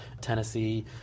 Tennessee